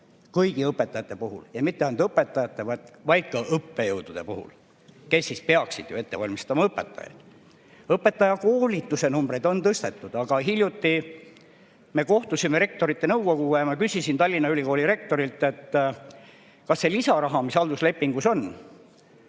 Kõigi õpetajate puhul, ja mitte ainult õpetajate, vaid ka õppejõudude puhul, kes peaksid ette valmistama õpetajaid. Õpetajakoolituse numbreid on tõstetud. Aga hiljuti me kohtusime Rektorite Nõukoguga ja ma küsisin Tallinna Ülikooli rektorilt, kas selle lisarahaga, mis halduslepingus on,